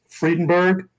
Friedenberg